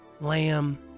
Lamb